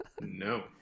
No